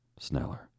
Sneller